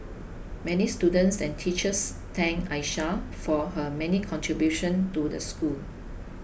many students and teachers thanked Aisha for her many contribution to the school